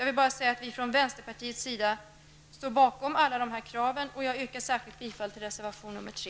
Jag vill bara säga att vi från vänsterpartiets sida står bakom alla krav, och jag yrkar alltså särskilt bifall till reservation nr 3.